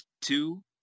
Two